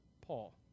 Paul